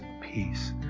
peace